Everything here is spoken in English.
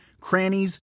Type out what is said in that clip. crannies